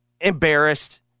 embarrassed